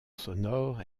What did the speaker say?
sonore